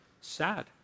sad